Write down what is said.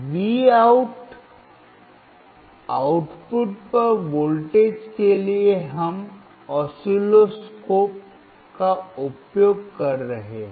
Vout output पर voltage के लिए हम ऑस्किलोस्कोप का उपयोग कर रहे हैं